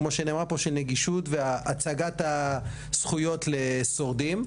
כמו שנאמרה פה, של נגישות והצגת הזכויות לשורדים.